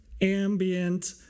ambient